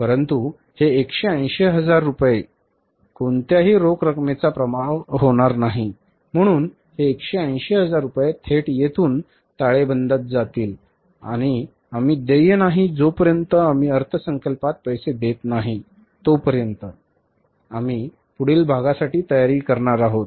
परंतु हे 180 हजार रुपये कोणत्याही रोख रकमेचा प्रवाह होणार नाही म्हणून हे 180 हजार रुपये थेट येथून ताळेबंदात जातील आणि आम्ही देय नाही जोपर्यंत आम्ही अर्थसंकल्पात पैसे देत नाही तोपर्यंत आम्ही पुढील भागासाठी तयारी करणार आहोत